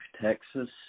Texas